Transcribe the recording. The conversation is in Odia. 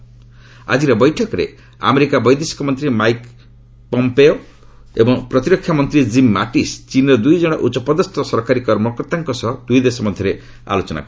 ଆକ୍କିର ବୈଠକରେ ଆମେରିକା ବୈଦେଶିକ ମନ୍ତ୍ରୀ ମାଇକ୍ ସମ୍ପିଓ ଏବଂ ପ୍ରତିରକ୍ଷା ମନ୍ତ୍ରୀ କିମ୍ ମାଟ୍ଟିସ୍ ଚୀନ୍ର ଦୁଇ ଜଣ ଉଚ୍ଚ ପଦସ୍ଥ ସରକାରୀ କର୍ମକର୍ତ୍ତାଙ୍କ ସହ ଦୁଇ ଦେଶ ମଧ୍ୟରେ ଆଲୋଚନା କରିଛନ୍ତି